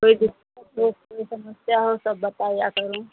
कोई कुछ दिक्कत हो कोई समस्या हो सब बताया करो